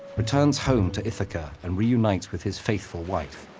returns home to ithaca and reunites with his faithful wife.